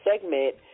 segment